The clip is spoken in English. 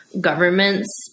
governments